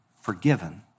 forgiven